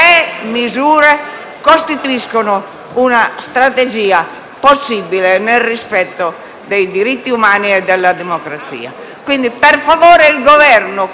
costituiscono una strategia possibile nel rispetto dei diritti umani e della democrazia. Chiedo quindi per favore che il Governo, da chiunque sia